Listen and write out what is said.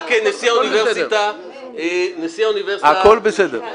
רק, נשיא האוניברסיטה --- הכול בסדר.